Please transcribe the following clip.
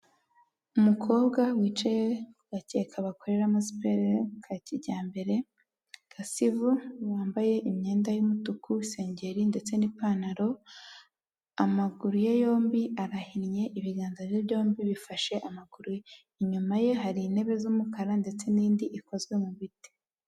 Umukobwa wicaye ku gakeka bakoreramo siporo ka kijyambere gasa ivu, wambaye imyenda y'umutuku, isengeri ndetse n'ipantaro, amaguru ye yombi arahinnye ibiganza bye byombi bifashe amaguru, inyuma ye hari intebe z'umukara ndetse n'indi ikozwe mu biti.